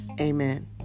Amen